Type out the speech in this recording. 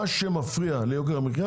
מה שמפריע להורדת יוקר המחיה